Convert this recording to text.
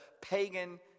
pagan